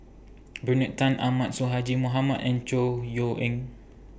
Bernard Tan Ahmad Sonhadji Mohamad and Chor Yeok Eng